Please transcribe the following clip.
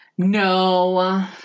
No